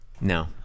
No